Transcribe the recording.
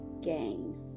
gain